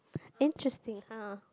interesting ah